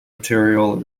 material